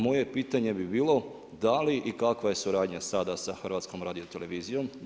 Moje pitanje bi bilo da li i kakva je suradnja sada sa HRT-om?